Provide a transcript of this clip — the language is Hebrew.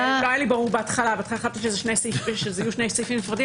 בהתחלה חשבנו שיהיו שני סעיפים נפרדים